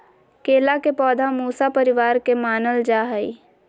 केला के पौधा मूसा परिवार के मानल जा हई